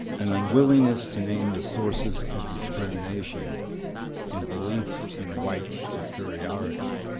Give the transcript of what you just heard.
an unwillingness to name the sources of discrimination in beliefs in white superiority.